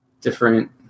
different